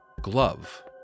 glove